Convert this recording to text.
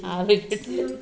ಆಲೂಗೆಡ್ಡೆ